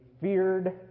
feared